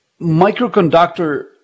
microconductor